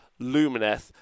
Lumineth